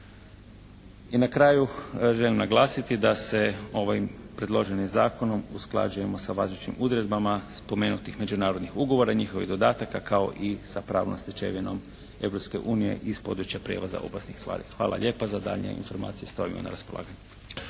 I na kraju želim naglasiti da se ovim predloženim zakonom usklađujemo sa važećim odredbama spomenutih međunarodnih ugovora i njihovih dodataka kao i sa pravnom stečevinom Europske unije iz područja prijevoza opasnih tvari. Hvala lijepa. Za daljnje informacije stojimo na raspolaganju.